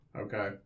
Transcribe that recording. Okay